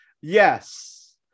yes